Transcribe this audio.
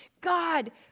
God